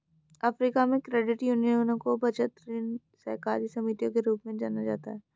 Africa में, credit यूनियनों को बचत, ऋण सहकारी समितियों के रूप में जाना जाता है